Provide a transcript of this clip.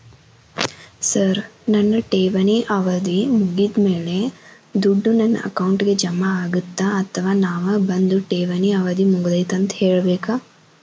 Sir ನನ್ನ ಠೇವಣಿ ಅವಧಿ ಮುಗಿದಮೇಲೆ, ದುಡ್ಡು ನನ್ನ ಅಕೌಂಟ್ಗೆ ಜಮಾ ಆಗುತ್ತ ಅಥವಾ ನಾವ್ ಬಂದು ಠೇವಣಿ ಅವಧಿ ಮುಗದೈತಿ ಅಂತ ಹೇಳಬೇಕ?